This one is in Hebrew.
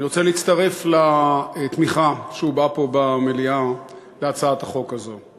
אני רוצה להצטרף לתמיכה שהובעה פה במליאה בהצעת החוק הזאת.